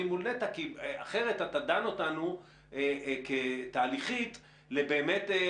מול נת"ע כי אחרת אתה דן אותנו תהליכית למאות